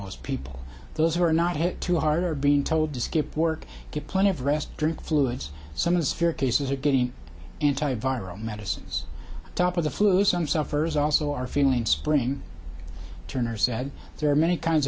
most people those who are not hit too hard are being told to skip work get plenty of rest drink fluids some of this fear cases are getting antiviral medicines top of the flu some suffers also are feeling spring turner said there are many kinds